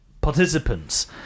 participants